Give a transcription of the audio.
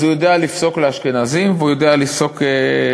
אז הוא יודע לפסוק לאשכנזים והוא יודע לפסוק לספרדים,